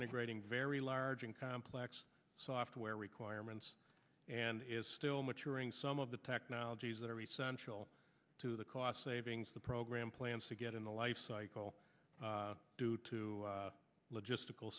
integrating very large and complex software requirements and is still maturing some of the technologies that are essential to the cost savings the program plans to get in the lifecycle due to logistical